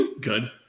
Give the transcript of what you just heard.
Good